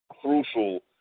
crucial